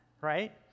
right